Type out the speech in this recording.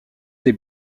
des